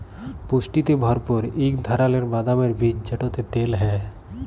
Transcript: পুষ্টিতে ভরপুর ইক ধারালের বাদামের বীজ যেটতে তেল হ্যয়